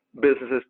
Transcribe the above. businesses